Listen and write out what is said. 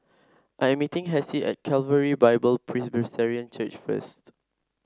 I am meeting Hessie at Calvary Bible Presbyterian Church first